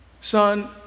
son